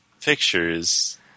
pictures